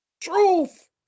Truth